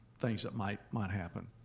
things that might might happen.